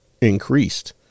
increased